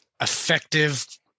effective